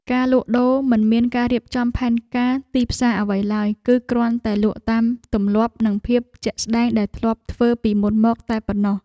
ការលក់ដូរមិនមានការរៀបចំផែនការទីផ្សារអ្វីឡើយ គឺគ្រាន់តែលក់តាមទម្លាប់និងភាពជាក់ស្ដែងដែលធ្លាប់ធ្វើពីមុនមកតែប៉ុណ្ណោះ។